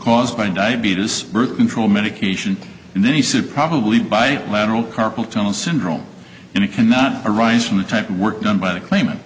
caused by diabetes birth control medication and then he said probably by lateral carpal tunnel syndrome and it cannot arise from the type of work done by the claimant